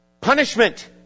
punishment